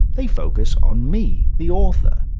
they focus on me the author.